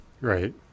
Right